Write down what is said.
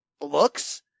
looks